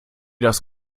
das